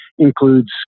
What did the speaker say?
Includes